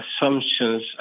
assumptions